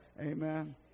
Amen